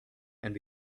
and